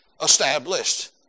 established